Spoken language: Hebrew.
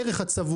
וזה הערך הצבור.